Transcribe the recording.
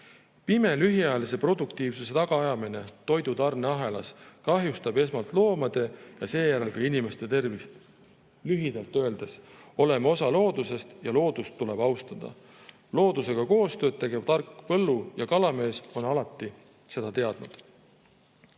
Pime lühiajalise produktiivsuse tagaajamine toidutarneahelas kahjustab esmalt loomade ja seejärel ka inimeste tervist. Lühidalt öeldes: oleme osa loodusest ja loodust tuleb austada. Loodusega koostööd tegev tark põllu‑ ja kalamees on seda alati